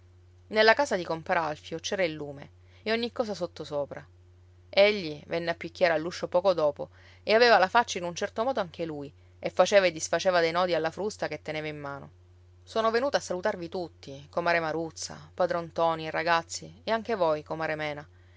nella casa di compar alfio c'era il lume e ogni cosa sottosopra egli venne a picchiare all'uscio poco dopo e aveva la faccia in un certo modo anche lui e faceva e disfaceva dei nodi alla frusta che teneva in mano sono venuto a salutarvi tutti comare maruzza padron ntoni i ragazzi e anche voi comare mena